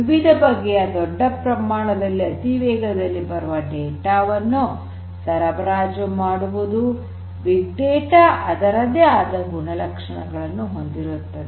ವಿವಿಧ ಬಗೆಯ ದೊಡ್ಡ ಪ್ರಮಾಣದಲ್ಲಿ ಅತಿ ವೇಗಗಲ್ಲಿ ಬರುತ್ತಿರುವ ಡೇಟಾ ವನ್ನು ಸರಬರಾಜು ಮಾಡುವುದು ಬಿಗ್ ಡೇಟಾ ಅದರದೇ ಆದ ಗುಣಲಕ್ಷಣಗಳನ್ನು ಹೊಂದಿರುತ್ತದೆ